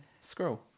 scroll